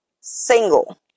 single